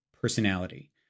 personality